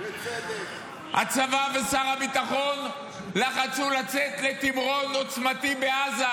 הצבא ושר הביטחון לחצו לצאת לתמרון עוצמתי בעזה,